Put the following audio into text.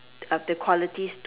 of the qualities